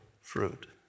fruit